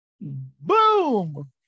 boom